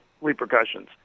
repercussions